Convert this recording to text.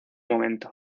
momento